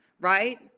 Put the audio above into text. Right